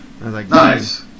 Nice